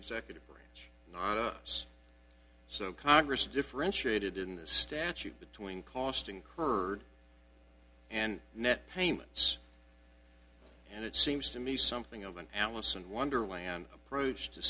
executive branch so congress differentiated in the statute between cost incurred and net payments and it seems to me something of an alice in wonderland approach to